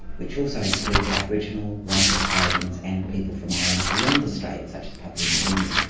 which also include aboriginal, white australians and people from islands beyond the straits such as papua new guinea.